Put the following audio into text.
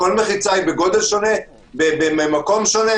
כל מחיצה היא בגודל שונה, במקום שונה.